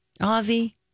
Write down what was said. Ozzy